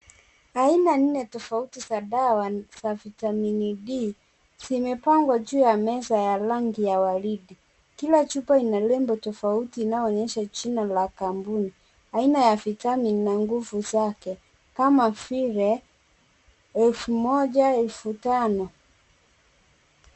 Aina nne tofauti za dawa za Vitamin D zimepangwa juu ya meza ya rangi ya waridi. Kila chupa ina lebo tofauti inayoonyesha jina la kampuni, aina ya Vitamin na nguvu zake kama vile elfu moja, elfu tano.